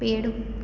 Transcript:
पेड़